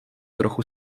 trochu